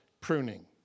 pruning